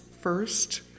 first